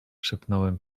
szepnąłem